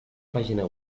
pàgina